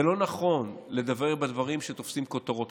זה לא נכון לדבר על דברים שתופסים כותרות.